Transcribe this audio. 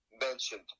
mentioned